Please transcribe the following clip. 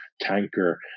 tanker